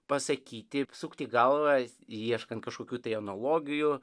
pasakyti sukti galvas ieškant kažkokių tai analogijų